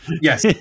Yes